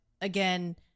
again